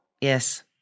Yes